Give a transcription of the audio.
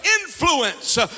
Influence